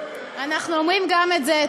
אנחנו אומרים גם את זה.